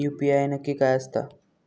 UPI नक्की काय आसता?